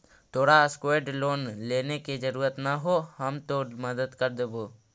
तोरा secured loan लेने के जरूरत न हो, हम तोर मदद कर देबो